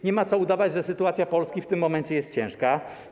Nie ma co udawać, sytuacja Polski w tym momencie jest ciężka.